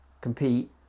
compete